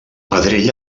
pedrell